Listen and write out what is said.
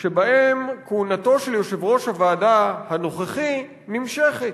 שבהם כהונתו של יושב-ראש הוועדה הנוכחי נמשכת,